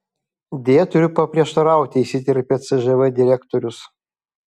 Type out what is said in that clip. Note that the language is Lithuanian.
deja turiu paprieštarauti įsiterpė cžv direktorius